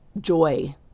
joy